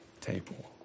table